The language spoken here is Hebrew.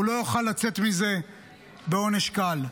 הוא לא יוכל לצאת מזה בעונש קל.